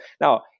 Now